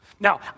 Now